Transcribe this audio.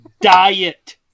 diet